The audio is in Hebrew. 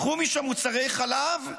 לקחו משם מוצרי חלב,